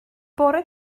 bore